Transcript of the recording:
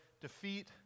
defeat